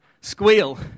squeal